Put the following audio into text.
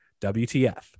WTF